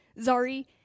Zari